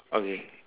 okay